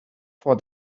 for